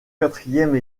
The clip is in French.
quatrième